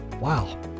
Wow